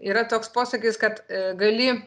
yra toks posakis kad gali